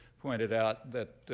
pointed out that